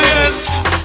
yes